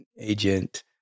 agent